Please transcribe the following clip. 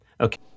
okay